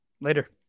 Later